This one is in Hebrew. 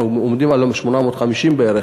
אנחנו עומדים היום על 850,000 בערך,